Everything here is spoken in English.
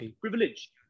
privilege